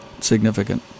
significant